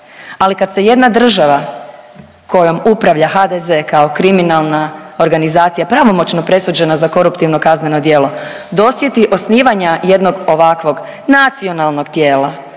Ali kad se jedna država kojom upravlja HDZ kao kriminalna organizacija, pravomoćno presuđena za koruptivno kazneno djelo dosjeti osnivanja jednog ovakvog nacionalnog tijela,